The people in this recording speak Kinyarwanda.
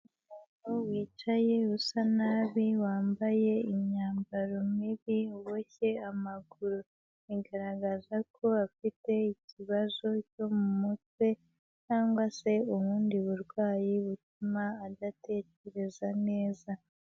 Umuntu wicaye, usa nabi, wambaye imyambaro mibi, uboshye amaguru, bigaragaza ko afite ikibazo cyo mu mutwe, cyangwa se ubundi burwayi butuma adatekereza neza.